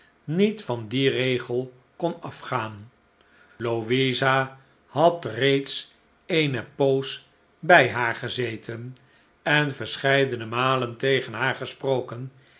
niet van dien regel kon afgaan louisa had reeds eene poos bij haar gezeten en verscheidene malen tegen haar